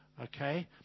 okay